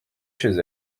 chez